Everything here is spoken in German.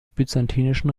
byzantinischen